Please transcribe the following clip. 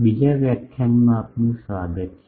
બીજા વ્યાખ્યાનમાં આપનું સ્વાગત છે